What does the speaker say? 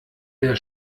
der